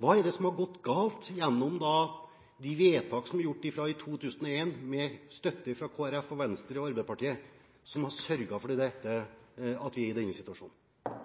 Hva er der som har gått galt gjennom de vedtak som er gjort fra 2001 – med støtte fra Kristelig Folkeparti, Venstre og Arbeiderpartiet, som har sørget for at vi er i denne situasjonen?